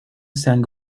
sang